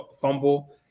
fumble